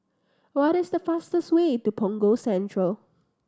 what is the fastest way to Punggol Central